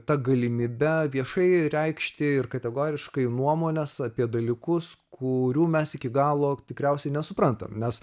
ta galimybe viešai reikšti ir kategoriškai nuomones apie dalykus kurių mes iki galo tikriausiai nesuprantame nes